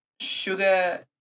sugar